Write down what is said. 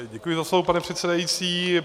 Děkuji za slovo, pane předsedající.